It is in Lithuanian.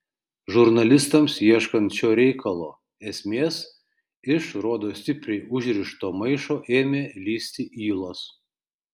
žurnalistams ieškant šio reikalo esmės iš rodos stipriai užrišto maišo ėmė lįsti ylos